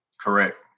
Correct